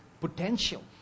potential